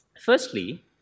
Firstly